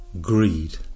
Greed